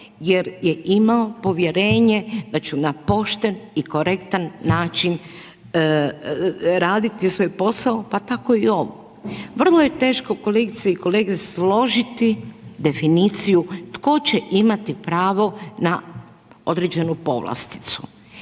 jer je imao povjerenje da ću na pošten i korektan način raditi svoj posao, pa tako i ovo. Vrlo je teško kolegice i kolege složiti definiciju tko će imati pravo na određenu povlasticu.